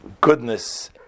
goodness